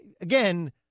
again